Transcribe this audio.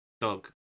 Dog